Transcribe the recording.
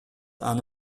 аны